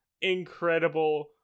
incredible